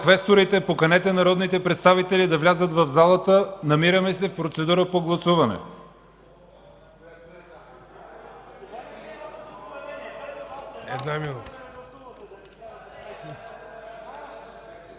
квесторите да поканят народните представители в залата. Намираме се в процедура на гласуване.